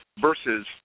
versus –